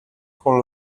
con